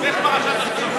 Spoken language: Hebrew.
אז לך על פרשת השבוע.